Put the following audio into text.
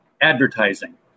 advertising